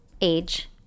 age